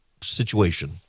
situation